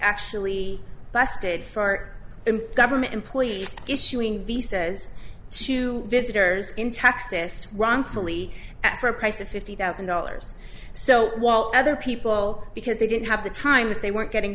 actually busted for government employees issuing the says to visitors in texas wrongfully for a price of fifty thousand dollars so while other people because they didn't have the time if they weren't getting